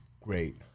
great